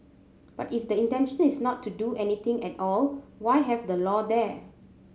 but if the intention is not to do anything at all why have the law there